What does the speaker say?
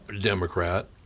Democrat